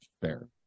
Fair